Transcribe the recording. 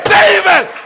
David